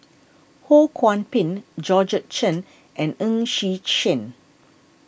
Ho Kwon Ping Georgette Chen and Ng Xi Sheng